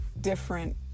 different